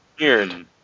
Weird